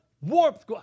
warmth